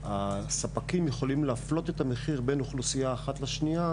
הספקים יכולים להפלות את המחיר בין אוכלוסייה אחת לאחרת,